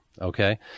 okay